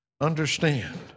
understand